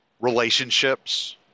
relationships